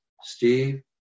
Steve